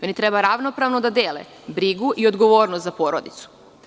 Oni treba ravnopravno da dele i brigu i odgovornost za porodicu.